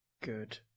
good